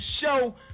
Show